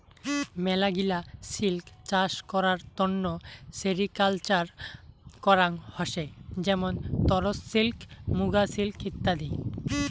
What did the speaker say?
মেলাগিলা সিল্ক চাষ করার তন্ন সেরিকালকালচার করাঙ হসে যেমন তসর সিল্ক, মুগা সিল্ক ইত্যাদি